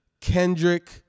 Kendrick